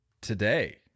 today